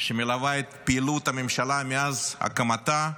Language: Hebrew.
שמלווה את פעילות הממשלה מאז הקמתה,